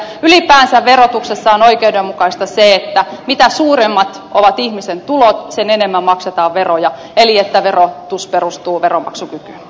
ylipäänsä verotuksessa on oikeudenmukaista se että mitä suuremmat ovat ihmisen tulot sen enemmän maksetaan veroja eli että verotus perustuu veronmaksukykyyn